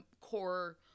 core